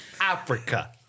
Africa